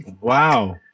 Wow